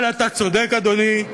אבל אתה צודק, אדוני,